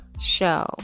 show